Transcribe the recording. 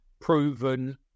proven